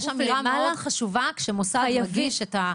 יש אמירה מאוד חשובה כשמוסד מגיש את התלונה,